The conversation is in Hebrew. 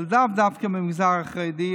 לאו דווקא מהמגזר החרדי,